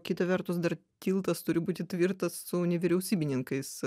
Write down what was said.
kita vertus dar tiltas turi būti tvirtas su nevyriausybininkais